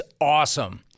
awesome